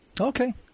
Okay